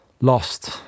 lost